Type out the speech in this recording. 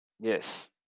yes